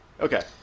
Okay